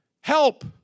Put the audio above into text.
help